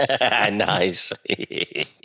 Nice